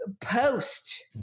post